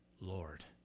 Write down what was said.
Lord